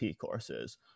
courses